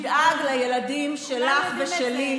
ידאג לילדים שלך ושלי,